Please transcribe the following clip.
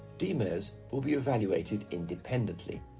dmirs will be evaluated independently.